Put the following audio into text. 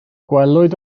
gwelwyd